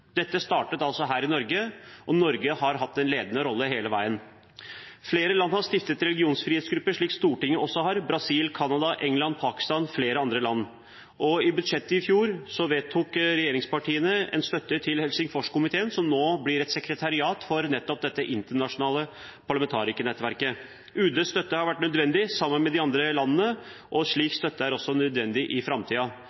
Dette startet altså her i Norge, og Norge har hatt en ledende rolle hele veien. Flere land – Brasil, Canada, England, Pakistan og flere andre land – har stiftet religionsfrihetsgrupper, slik Stortinget også har, og i budsjettet i fjor vedtok regjeringspartiene en støtte til Helsingforskomiteen, som nå blir sekretariat for dette internasjonale parlamentarikernettverket. UDs støtte har vært nødvendig, sammen med de andre landene, og slik